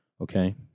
Okay